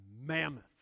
mammoth